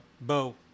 Bo